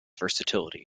versatility